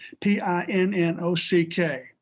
P-I-N-N-O-C-K